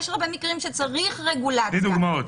שיש הרבה מקרים שצריך רגולציה --- תני דוגמאות.